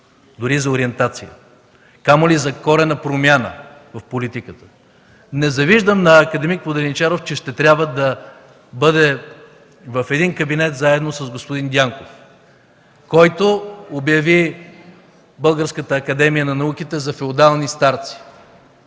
дори за ориентация, камо ли за коренна промяна в политиката. Не завиждам на акад. Воденичаров, че ще трябва да бъде в един Кабинет заедно с господин Дянков, който обяви Българската академия на науките за феодални старци,